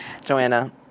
Joanna